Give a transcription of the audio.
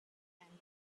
and